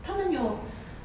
他们有